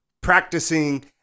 Practicing